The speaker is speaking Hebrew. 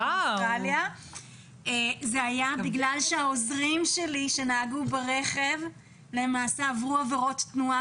זה היה בגלל שהעוזרים שלי שנהגו ברכב למעשה עברו עבירות תנועה